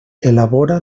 elabora